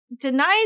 denies